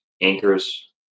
anchors